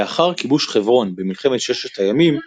לאחר כיבוש חברון במלחמת ששת הימים,